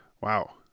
wow